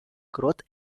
growth